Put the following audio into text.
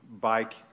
bike